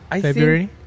February